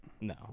No